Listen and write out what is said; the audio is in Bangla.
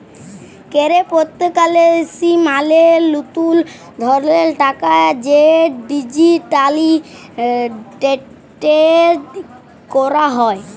কেরেপ্তকারেলসি মালে লতুল ধরলের টাকা যেট ডিজিটালি টেরেড ক্যরা হ্যয়